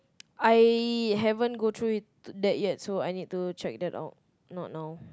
I haven't go through it yet so I need to check that out not now